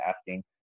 asking